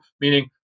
meaning